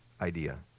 idea